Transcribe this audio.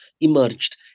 emerged